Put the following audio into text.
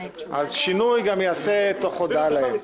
שינוי ייעשה גם תוך הודעה להם.